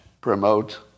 promote